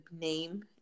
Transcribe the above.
name